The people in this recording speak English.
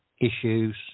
issues